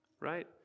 Right